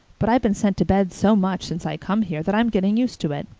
but i've been sent to bed so much since i come here that i'm getting used to it.